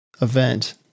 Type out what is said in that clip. event